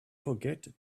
forget